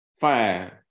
five